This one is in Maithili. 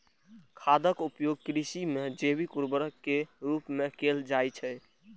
खादक उपयोग कृषि मे जैविक उर्वरक के रूप मे कैल जाइ छै